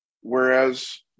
Whereas